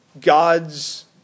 God's